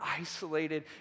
isolated